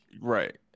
right